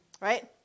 right